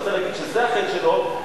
שרצה להגיד שזה החטא שלו,